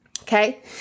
Okay